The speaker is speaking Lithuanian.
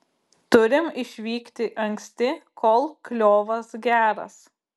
turim išvykti anksti kol kliovas geras